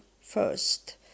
first